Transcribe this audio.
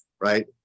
right